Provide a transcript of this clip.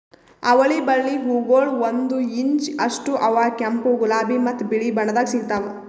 ಅವಳಿ ಬಳ್ಳಿ ಹೂಗೊಳ್ ಒಂದು ಇಂಚ್ ಅಷ್ಟು ಅವಾ ಕೆಂಪು, ಗುಲಾಬಿ ಮತ್ತ ಬಿಳಿ ಬಣ್ಣದಾಗ್ ಸಿಗ್ತಾವ್